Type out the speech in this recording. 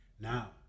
Now